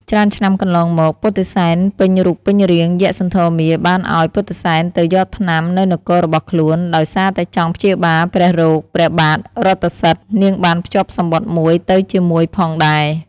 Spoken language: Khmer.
ច្រើនឆ្នាំកន្លងមក ពុទ្ធិសែនពេញរូបពេញរាង យក្សសន្ធមារបានឲ្យពុទ្ធិសែនទៅយកថ្នាំនៅនគររបស់ខ្លួន ដោយសារតែចង់ព្យាបាលព្រះរោគព្រះបាទរថសិទ្ធិ នាងបានភ្ជាប់សំបុត្រមួយទៅជាមួយផងដែរ។